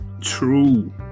true